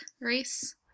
race